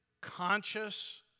conscious